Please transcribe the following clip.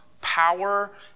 power